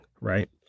right